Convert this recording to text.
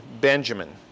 Benjamin